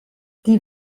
die